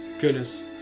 goodness